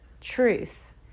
truth